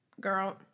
girl